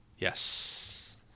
Yes